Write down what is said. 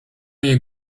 jej